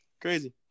Crazy